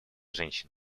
женщин